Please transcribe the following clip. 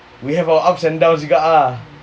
we have our ups and downs juga ah